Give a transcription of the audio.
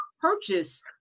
purchase